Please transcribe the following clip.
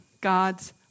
God's